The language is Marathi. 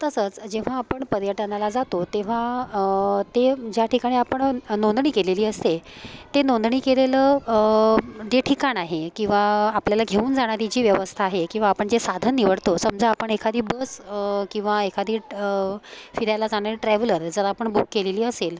तसंच जेव्हा आपण पर्यटनाला जातो तेव्हा ते ज्या ठिकाणी आपण नोंदणी केलेली असते ते नोंदणी केलेलं जे ठिकाण आहे किंवा आपल्याला घेऊन जाणारी जी व्यवस्था आहे किंवा आपण जे साधन निवडतो समजा आपण एखादी बस किंवा एखादी फिरायला जाणारी ट्रॅव्हलर जर आपण बुक केलेली असेल